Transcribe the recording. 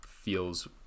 feels